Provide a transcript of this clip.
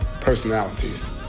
personalities